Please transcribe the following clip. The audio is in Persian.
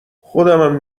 خودمم